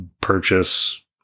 purchase